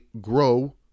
grow